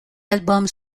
albums